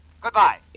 Goodbye